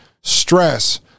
stress